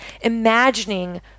imagining